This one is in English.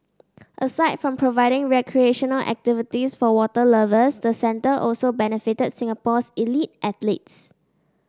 aside from providing recreational activities for water lovers the centre also benefited Singapore's elite athletes